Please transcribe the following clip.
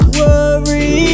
worry